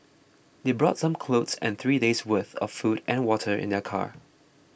they brought some clothes and three days' worth of food and water in their car